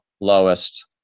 lowest